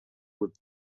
with